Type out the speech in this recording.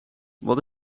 wat